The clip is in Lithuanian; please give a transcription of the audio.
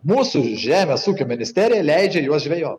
mūsų žemės ūkio ministerija leidžia juos žvejot